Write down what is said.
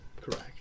correct